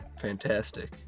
fantastic